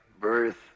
birth